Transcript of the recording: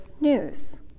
news